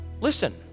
Listen